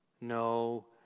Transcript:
No